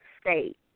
state